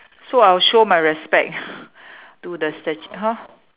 so I'll show my respect to the stat~ !huh!